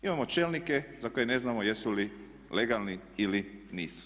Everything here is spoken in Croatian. Imamo čelnike za koje ne znamo jesu li legalni ili nisu.